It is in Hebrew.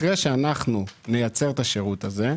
אחרי שנייצר את השירות הזה,